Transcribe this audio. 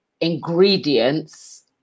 ingredients